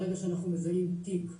ברגע שאנחנו מזהים תיק,